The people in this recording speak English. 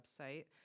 website